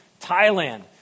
Thailand